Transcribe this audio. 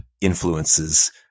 influences